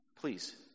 please